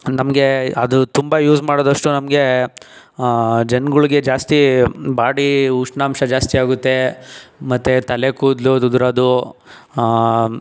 ನಮಗೆ ಅದು ತುಂಬ ಯೂಸ್ ಮಾಡಿದಷ್ಟು ನಮಗೆ ಜನಗಳ್ಗೆ ಜಾಸ್ತಿ ಬಾಡಿ ಉಷ್ಣಾಂಶ ಜಾಸ್ತಿ ಆಗುತ್ತೆ ಮತ್ತೆ ತಲೆಕೂದಲು ಉದುರೋದು